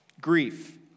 Grief